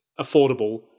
affordable